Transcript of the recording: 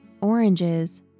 oranges